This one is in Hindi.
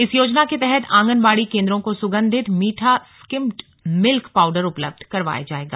इस योजना के तहत आंगनबाड़ी केंद्रों को सुगंधित मीठा स्किम्ड मिल्क पाउडर उपलब्ध करवाया जाएगा